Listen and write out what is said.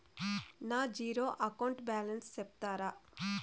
నా zero account balance సెప్తారా?